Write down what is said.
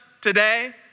today